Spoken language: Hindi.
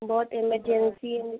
बहुत इमरजेंसी है मैम